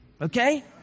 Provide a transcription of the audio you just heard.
Okay